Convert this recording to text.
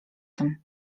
tym